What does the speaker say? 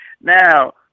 Now